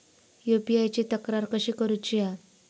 UPI ची तक्रार कशी करुची हा?